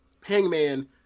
Hangman